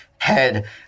head